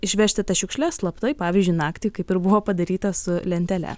išvežti tas šiukšles slaptai pavyzdžiui naktį kaip ir buvo padaryta su lentele